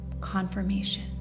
Confirmation